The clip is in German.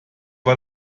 war